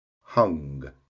Hung